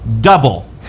double